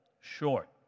short